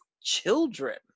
children